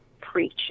preach